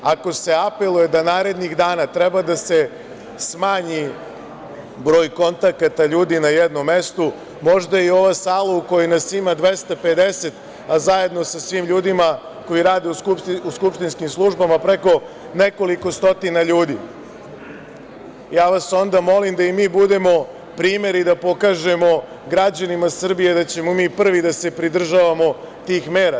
Ako se apeluje da narednih dana treba da se smanji broj kontakata ljudi na jednom mestu, možda i ova sala u kojoj nas ima 250, a zajedno sa svim ljudima koji rade u skupštinskim službama preko nekoliko stotina ljudi, ja vas onda molim da i mi budemo primer i da pokažemo građanima Srbije da ćemo mi prvi da se pridržavamo tih mera.